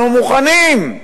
אנחנו מוכנים.